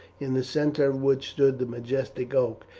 in the centre of which stood the majestic oak,